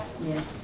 Yes